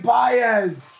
Baez